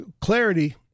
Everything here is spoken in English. clarity